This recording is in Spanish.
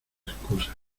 excusas